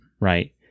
right